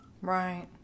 Right